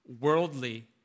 worldly